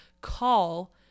call